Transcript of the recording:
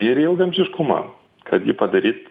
ir į ilgaamžiškumą kad jį padaryt